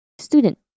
student